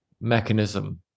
mechanism